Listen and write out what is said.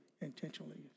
intentionally